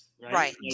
Right